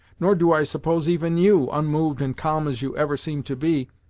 nor do i suppose even you, unmoved and calm as you ever seem to be,